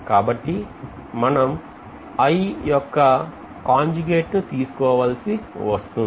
కాబట్టి మనం I యొక్క కాంజుగేట్ ను తీసుకోవాల్సి వస్తుంది